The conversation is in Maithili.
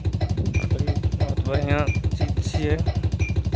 नोकरी बहुत बढ़िआँ चीज छियै